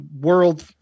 world